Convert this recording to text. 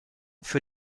für